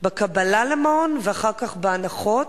בקבלה למעון ואחר כך בהנחות.